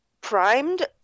primed